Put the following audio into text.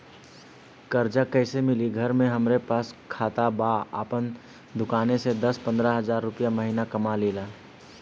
कर्जा कैसे मिली घर में हमरे पास खाता बा आपन दुकानसे दस पंद्रह हज़ार रुपया महीना कमा लीला?